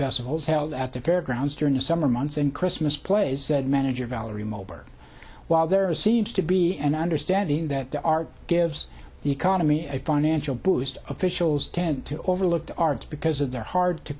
festivals held at the fairgrounds during the summer months and christmas plays said manager valerie moberg while there are seems to be an understanding that the art gives the economy a financial boost officials tend to overlook the arts because of their hard to